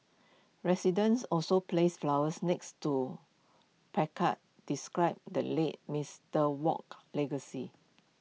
residents also placed flowers next to placards describe the late Mister Wok's legacy